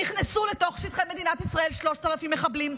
נכנסו לתוך שטחי מדינת ישראל 3,000 מחבלים,